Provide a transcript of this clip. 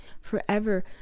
forever